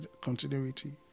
continuity